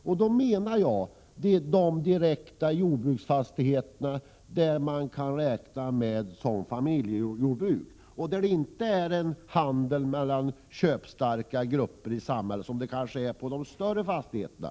Jag menar då de direkta jordbruksfastigheter som kan räknas som familjejordbruk och där det inte sker en handel mellan köpstarka grupper i samhället, som när det gäller de större fastigheterna.